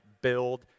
build